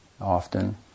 often